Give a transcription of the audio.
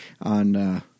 on